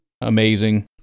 amazing